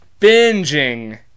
binging